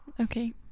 okay